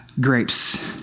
grapes